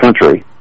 country